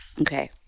Okay